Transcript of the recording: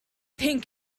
think